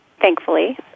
thankfully